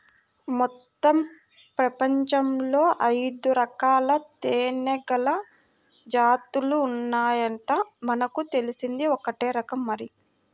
మొత్తం పెపంచంలో ఐదురకాల తేనీగల జాతులు ఉన్నాయంట, మనకు తెలిసింది ఒక్కటే రకం మరి